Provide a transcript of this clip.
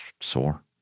sore